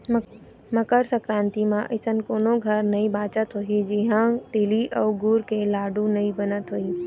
मकर संकरांति म अइसन कोनो घर नइ बाचत होही जिहां तिली अउ गुर के लाडू नइ बनत होही